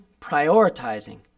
prioritizing